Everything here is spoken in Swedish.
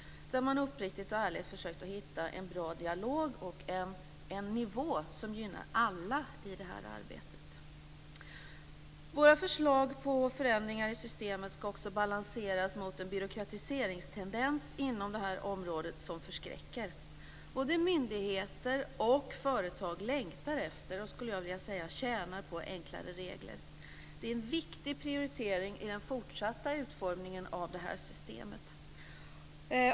Man har uppriktigt och ärligt försökt att hitta en bra dialog och en nivå som gynnar alla i det här arbetet. Våra förslag till förändringar i systemet ska också balanseras mot en byråkratiseringstendens inom detta område som förskräcker. Både myndigheter och företag längtar efter, och, skulle jag vilja säga, tjänar på, enklare regler. Det är en viktig prioritering i den fortsatta utformningen av detta system.